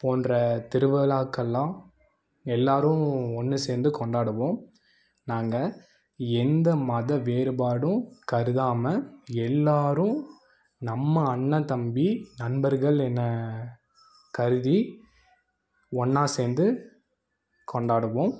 போன்ற திருவிழாக்கள்லாம் எல்லோரும் ஒன்று சேர்ந்து கொண்டாடுவோம் நாங்கள் எந்த மத வேறுபாடும் கருதாமல் எல்லோரும் நம்ம அண்ணன் தம்பி நண்பர்கள் என கருதி ஒன்றா சேர்ந்து கொண்டாடுவோம்